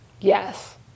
Yes